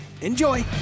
enjoy